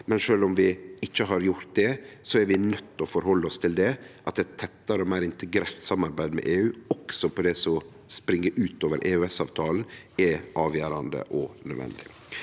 Men sjølv om vi ikkje har gjort det, er vi nøydde til å forhalde oss til at eit tettare og meir integrert samarbeid med EU, også på det som går utover EØS-avtalen, er avgjerande og nødvendig.